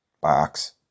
box